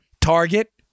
Target